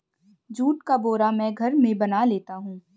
जुट का बोरा मैं घर में बना लेता हूं